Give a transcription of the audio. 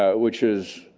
ah which is.